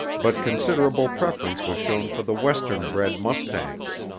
but considerable preference was shown for the western-bred mustangs.